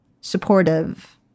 supportive